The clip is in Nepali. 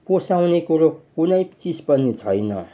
पोसाउने कुरो कुनै चिज पनि छैन